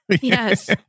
Yes